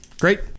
great